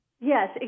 yes